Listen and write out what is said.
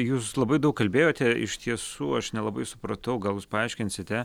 jūs labai daug kalbėjote iš tiesų aš nelabai supratau gal jūs paaiškinsite